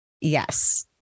Yes